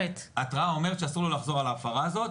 ההתראה אומרת שאסור לו לחזור על ההפרה הזאת,